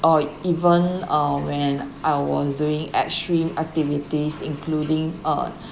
or even uh when I was doing extreme activities including uh